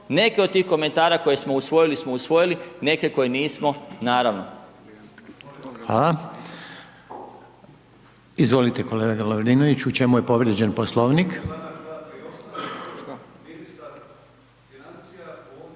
neke od tih komentara koje smo usvojili smo usvojili, neke koje nismo, naravno.